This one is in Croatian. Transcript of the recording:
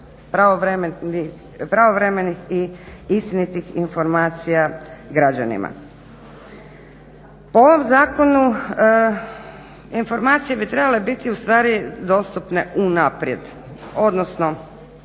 pravovremenih i istinitih informacija građanima. Po ovom zakonu informacije bi trebale biti ustvari dostupne unaprijed, odnosno